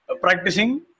practicing